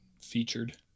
featured